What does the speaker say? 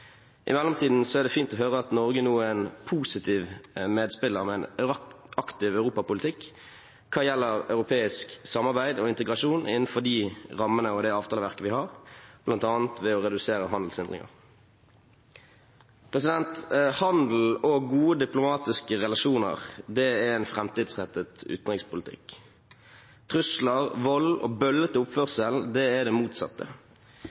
I mellomtiden er det fint å høre at Norge nå er en positiv medspiller med en aktiv europapolitikk hva gjelder europeisk samarbeid og integrasjon innenfor de rammene og det avtaleverket vi har, bl.a. ved å redusere handelshindringer. Handel og gode diplomatiske relasjoner er en framtidsrettet utenrikspolitikk. Trusler, vold og bøllete oppførsel er det motsatte.